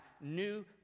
new